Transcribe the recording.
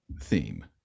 theme